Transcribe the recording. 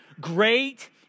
great